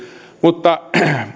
mutta